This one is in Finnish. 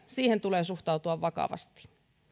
siihen tulee suhtautua vakavasti